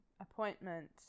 Appointment